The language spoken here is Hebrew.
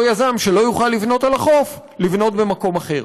יזם שלא יוכל לבנות על החוף לבנות במקום אחר.